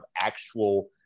actual